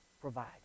provide